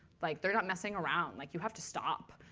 like they're not messing around. like you have to stop.